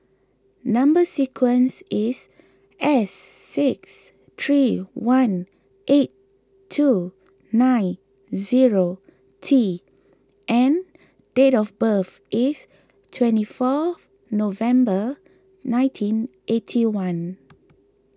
Number Sequence is S six three one eight two nine zero T and date of birth is twenty fourth November nineteen eighty one